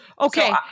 okay